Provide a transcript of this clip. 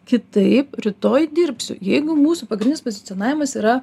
kitaip rytoj dirbsiu jeigu mūsų pagrindinis pozicionavimas yra